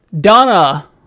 Donna